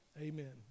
Amen